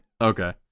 Okay